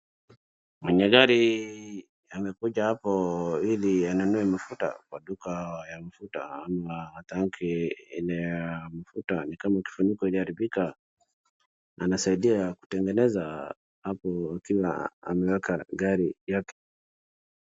Mwenye gari amekuja hapo ili anunue mafuta kwa duka ya mafuta ama tanki ya mafuta, ni kama kifuniko iliharibika. Anasaidia kutengeneza hapo tena ameeka gari yake.